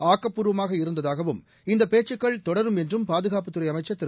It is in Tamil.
ஆக்கப்பூர்வமாக இருந்ததாகவும் இந்தபேச்சுகள் தொடரும் என்றும் பாதுகாப்புத்துறைஅமைச்சா் திரு